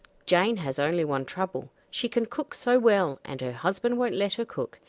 jane has only one trouble she can cook so well and her husband won't let her cook.